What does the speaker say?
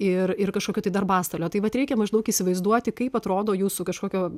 ir ir kažkokio tai darbastalio tai vat reikia maždaug įsivaizduoti kaip atrodo jūsų kažkokio